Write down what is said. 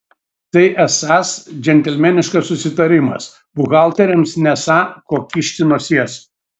tai esąs džentelmeniškas susitarimas buhalteriams nesą ko kišti nosies